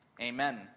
amen